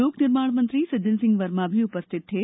लोक निर्माण मंत्री सज्जन सिंह वर्मा भी उपस्थित थे